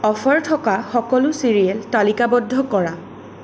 offer থকা সকলো cereal তালিকাবদ্ধ কৰা